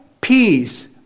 peace